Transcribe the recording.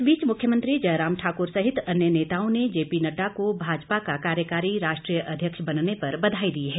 इस बीच मुख्यमंत्री जयराम ठाकुर सहित अन्य नेताओं ने जेपी नड़डा को भाजपा का कार्यकारी राष्ट्रीय अध्यक्ष बनने पर बधाई दी है